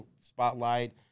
spotlight